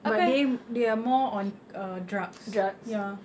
but then they are more on uh drugs ya